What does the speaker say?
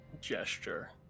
gesture